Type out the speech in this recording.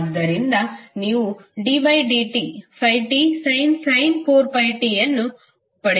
ಆದ್ದರಿಂದ ನೀವು ddt5tsin 4πt ಅನ್ನು ಪಡೆಯುತ್ತೀರಿ